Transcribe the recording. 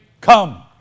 come